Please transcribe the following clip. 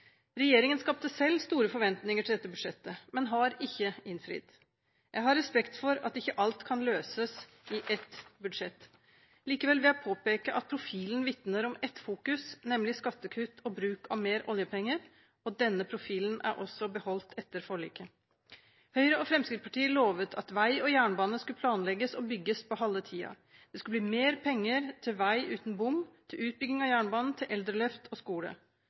Regjeringen skapte selv store forventninger til dette budsjettet, men har ikke innfridd. Jeg har respekt for at ikke alt kan løses i ett budsjett. Likevel vil jeg påpeke at profilen vitner om ett fokus, nemlig skattekutt og bruk av mer oljepenger, og denne profilen er også beholdt etter forliket. Høyre og Fremskrittspartiet lovet at vei og jernbane skulle planlegges og bygges på halve tiden. Det skulle bli mer penger til vei uten bom, til utbygging av jernbanen, til eldreløft og skole.